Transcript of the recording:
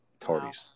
tardies